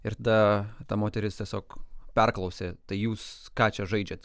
ir ta ta moteris tiesiog perklausė tai jūs ką čia žaidžiat